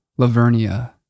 Lavernia